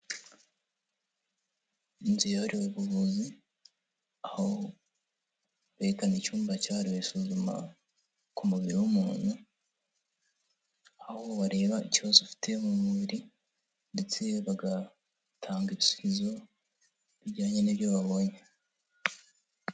Inzu yahariwe ubuvuzi, aho berekena icyumba cyahariwe isuzuma ku mubiri w'umuntu, aho bareba ikibazo ufite mu mubiri ndetse bagatanga ibisubizo bijyanye n'ibyo babonye.